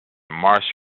marsh